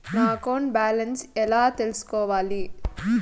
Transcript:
నా account balance ఎలా తెల్సుకోవాలి